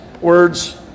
words